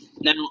Now